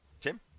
Tim